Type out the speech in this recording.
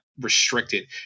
restricted